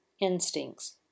instincts